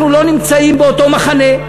אנחנו לא נמצאים באותו מחנה.